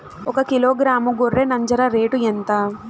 ఒకకిలో గ్రాము గొర్రె నంజర రేటు ఎంత?